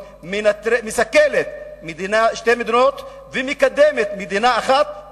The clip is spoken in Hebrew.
מסכלת שתי מדינות ומקדמת מדינה אחת,